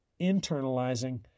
internalizing